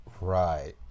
right